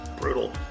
brutal